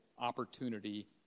opportunity